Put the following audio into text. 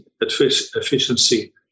efficiency